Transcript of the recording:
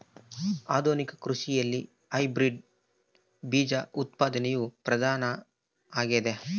ಆಧುನಿಕ ಕೃಷಿಯಲ್ಲಿ ಹೈಬ್ರಿಡ್ ಬೇಜ ಉತ್ಪಾದನೆಯು ಪ್ರಧಾನ ಆಗ್ಯದ